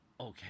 Okay